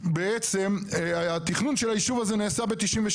בעצם התכנון של היישוב הזה נעשה ב-1992,